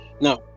Now